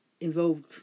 involved